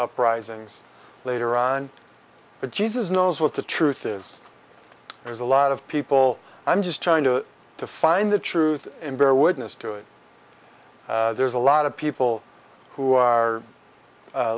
uprising later on but jesus knows what the truth is there's a lot of people i'm just trying to to find the truth and bear witness to it there's a lot of people who are